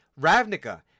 Ravnica